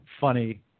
funny